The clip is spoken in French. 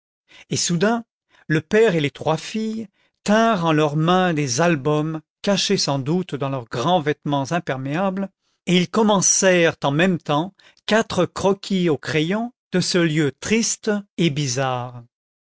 et soudain le père et les trois filles tinrent en leurs mains des albums cachés sans doute dans leurs grands vêtements imperméables et ils commencèrent en même temps quatre croquis au crayon de ce lieu triste et bizarre